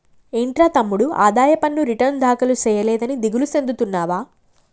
ఏంట్రా తమ్ముడు ఆదాయ పన్ను రిటర్న్ దాఖలు సేయలేదని దిగులు సెందుతున్నావా